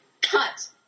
Cut